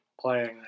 playing